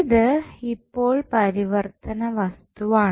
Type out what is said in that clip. ഇത് ഇപ്പോൾ പരിവർത്തന വസ്തുവാണ്